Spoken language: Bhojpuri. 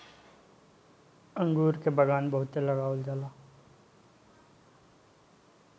अंगूर के बगान बहुते लगावल जाला